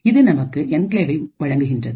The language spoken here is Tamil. இது நமக்கு என்கிளேவை வழங்குகின்றது